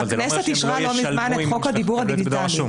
אבל זה לא אומר שהם לא ישלמו אם הם יקבלו את זה בדואר רשום.